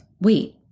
wait